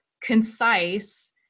concise